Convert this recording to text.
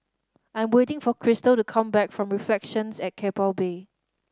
I'm waiting for Krystal to come back from Reflections at Keppel Bay